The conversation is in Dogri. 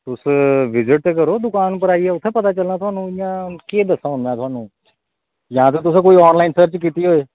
तुस विजिट करो आई जाओ दुकान पर थाह्नूं उत्थें पता चलना केह् दस्सां हून में थाह्नूं जां तुसें कोई ऑनलाईन सर्च कीती होऐ